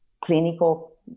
clinical